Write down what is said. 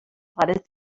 plodded